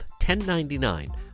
1099